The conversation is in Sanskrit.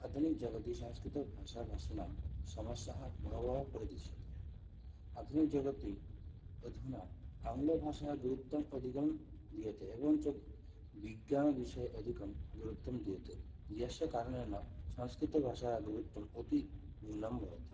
आधुनिकजगति संस्कृतभाषाभाषिणां समस्याः बह्व्यः प्रदृश्यते आधुनिकजगति अधुना आङ्लभाषा गुरुत्वम् अधिकं दीयते एवञ्च विज्ञानविषये अधिकं गुरुत्वं दीयते यस्य कारणेन संस्कृतभाषायाः गुरुत्वं अतिन्यूनं भवति